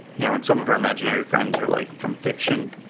you know, in some of our imaginary friends are like from fiction,